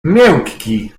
miękki